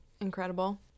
Incredible